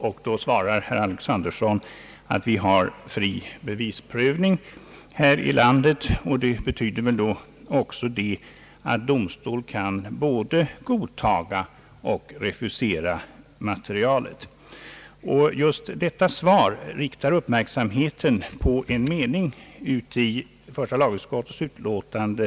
Herr Alexanderson svarade att vi här i landet har fri bevisprövning, och det betyder väl att domstol kan både godtaga och refusera materialet. Just detta svar riktar uppmärksamheten på en mening i första lagutskottets utlåtande.